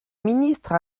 ministre